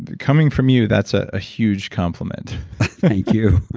but coming from you, that's a huge compliment thank you.